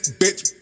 bitch